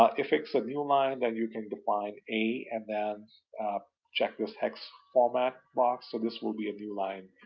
ah if it's a new line, then you can define a and then check this hex format box, so this will be a new line